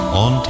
on